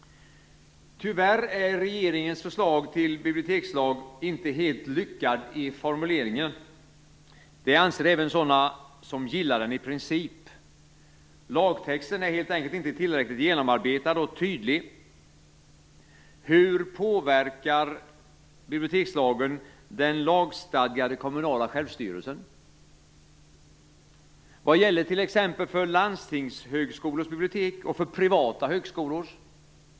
Tyvärr är regeringens förslag till bibliotekslag inte helt lyckad i formuleringarna. Det anser även sådana som gillar den i princip. Lagtexten är helt enkelt inte tillräckligt genomarbetad och tydlig. Hur påverkar bibliotekslagen den lagstadgade kommunala självstyrelsen? Vad gäller t.ex. för landstingshögskolors bibliotek och för privata högskolors?